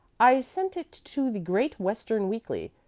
i sent it to the great western weekly.